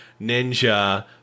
ninja